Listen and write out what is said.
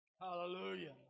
Hallelujah